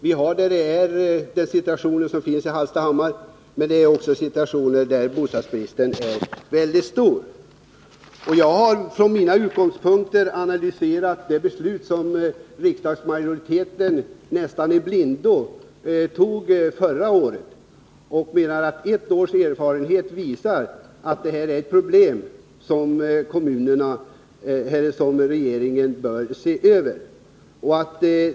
Vi har den situation som finns i Hallstahammar, men vi har också situationen att bostadsbristen är mycket stor. Jag har från min utgångspunkt analyserat det beslut som riksdagsmajoriteten tog nästan i blindo förra året. Och jag menar att ett års erfarenhet visar att det här är ett problem som regeringen bör se över.